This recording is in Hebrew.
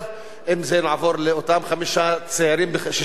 נעבור לאותם חמישה צעירים ב-1961,